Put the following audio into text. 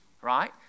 Right